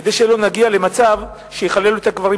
כדי שלא נגיע מלכתחילה למצב שיחללו את הקברים,